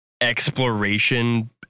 exploration